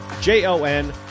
J-O-N